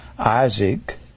Isaac